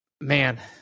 man